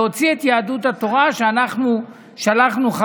להוציא את יהדות התורה.